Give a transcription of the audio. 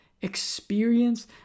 experience